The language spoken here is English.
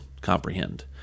comprehend